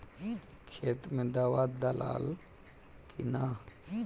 खेत मे दावा दालाल कि न?